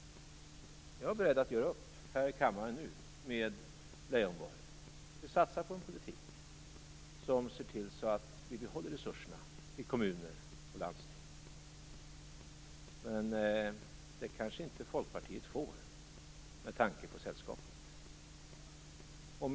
Jag är beredd att göra upp nu här i kammaren med Leijonborg. Låt oss satsa på en politik som gör att resurserna behålls i kommuner och landsting. Men Folkpartiet kanske inte får det - med tanke på sällskapet.